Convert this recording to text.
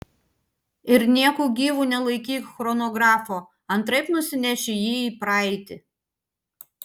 ir nieku gyvu nelaikyk chronografo antraip nusineši jį į praeitį